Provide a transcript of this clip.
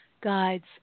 guides